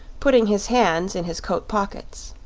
putting his hands in his coat pockets.